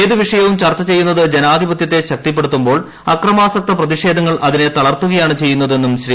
ഏതു വിഷയവും ചർച്ചു ചെയ്യുന്നത് ജനാധിപത്യത്തെ ശക്തിപ്പെടുത്തുമ്പോൾ അക്രമാസക്ത പ്രതിഷേധങ്ങൾ അതിനെ തളർത്തുകയാണ് ചെയ്യുന്നതെന്നും ശ്രീ